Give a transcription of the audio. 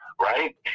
right